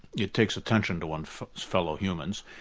it takes attention to one's fellow humans,